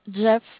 Jeff